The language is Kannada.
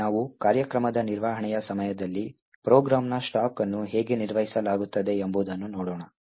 ಈಗ ನಾವು ಕಾರ್ಯಕ್ರಮದ ನಿರ್ವಹಣೆಯ ಸಮಯದಲ್ಲಿ ಪ್ರೋಗ್ರಾಂನ ಸ್ಟಾಕ್ ಅನ್ನು ಹೇಗೆ ನಿರ್ವಹಿಸಲಾಗುತ್ತದೆ ಎಂಬುದನ್ನು ನೋಡೋಣ